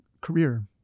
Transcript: career